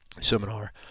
seminar